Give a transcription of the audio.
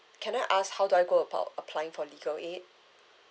can I ask how do I go about applying for legal aid